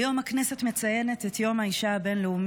היום הכנסת מציינת את יום האישה הבין-לאומי,